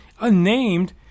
unnamed